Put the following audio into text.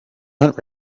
hunt